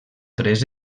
tres